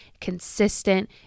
consistent